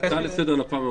הצעה לסדר לפעם הבאה,